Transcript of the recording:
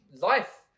life